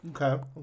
Okay